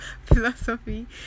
philosophy